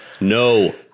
No